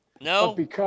No